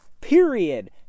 period